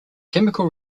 chemical